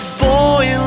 boy